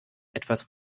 etwas